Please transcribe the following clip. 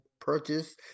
purchase